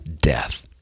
death